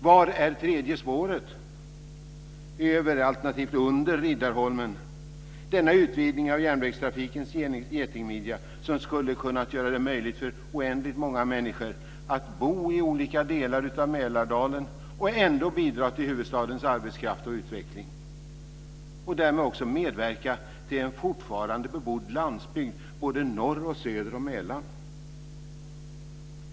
Var är tredje spåret över, alternativt under Riddarholmen, denna utvidgning av järnvägstrafikens getingmidja som skulle ha kunnat göra det möjligt för oändligt många människor att bo i olika delar av Mälardalen och ändå bidra till huvudstadens arbetskraft och utveckling - och därmed också medverka till en fortfarande bebodd landsbygd både norr och söder om Mälaren?